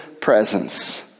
presence